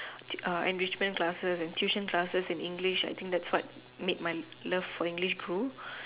uh enrichment classes and tuition classes in English I think that's what made my love for English grew